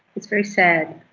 it's very sad.